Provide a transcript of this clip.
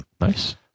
Nice